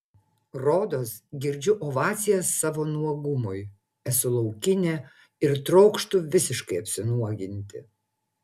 rodos girdžiu ovacijas savo nuogumui esu laukinė ir trokštu visiškai apsinuoginti